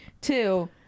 Two